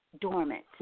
dormant